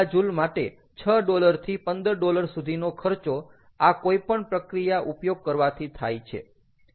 1 GJ માટે 6 dollar થી 15 dollar સુધીનો ખર્ચો આ કોઈપણ પ્રક્રિયા ઉપયોગ કરવાથી થાય છે